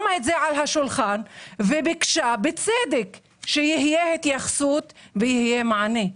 טוב שרע"ם שמה את זה על השולחן ומבקשת שתהיה התייחסות ויהיה מענה.